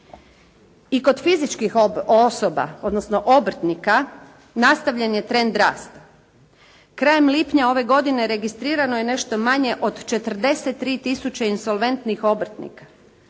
I kod fizičkih osoba, odnosno obrtnika nastavljen je trend rasta. Krajem lipnja ove godine registrirano je nešto manje od 43 tisuće insolventnih obrtnika,